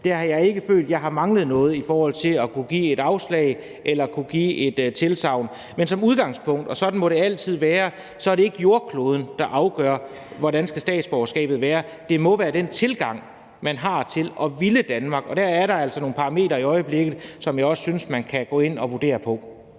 har jeg ikke følt, at jeg har manglet noget i forhold til at kunne give et afslag eller at kunne give et tilsagn. Men som udgangspunkt – og sådan må det altid være – er det ikke jordkloden, der afgør, hvordan statsborgerskabet skal være; det må være den tilgang, man har til at ville Danmark. Og der er der altså nogle parametre i øjeblikket, som jeg synes man kan gå ind og vurdere på.